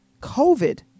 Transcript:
COVID